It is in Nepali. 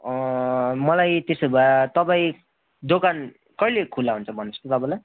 मलाई त्यसो भए तपाईँ दोकान कहिले खुला हुन्छ भन्नुहोस् त तपाईँलाई